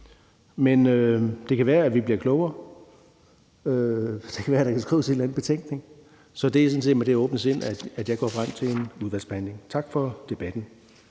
men det kan være, at vi bliver klogere, og det kan også være, at der kan skrives en eller anden betænkning. Så det er sådan set med det åbne sind, jeg går frem til en udvalgsbehandling. Tak for debatten.